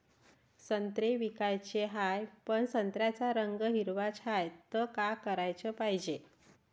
संत्रे विकाचे हाये, पन संत्र्याचा रंग हिरवाच हाये, त का कराच पायजे?